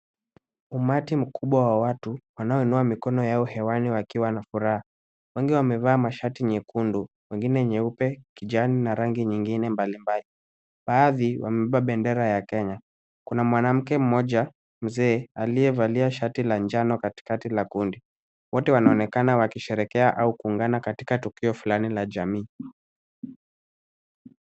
Umati mkubwa wa watu, wanao unua mikono yao hewani wakiwa na furaha. Wengi wamevaa mashati nyekundu. Wengine nyeupe, kijani, na rangi nyingine mbali mbali. Baadhi, wamebeba bendera ya Kenya. Kuna mwanamke mmoja, mzee, aliyevalia shati la njano katikati la kundi. Wote wanaonekana wakisherekea au kuungana katika tukio fulani la jamii.